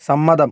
സമ്മതം